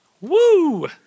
Woo